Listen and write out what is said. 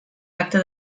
acte